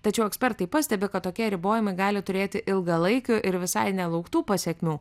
tačiau ekspertai pastebi kad tokie ribojimai gali turėti ilgalaikių ir visai nelauktų pasekmių